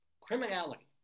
Criminality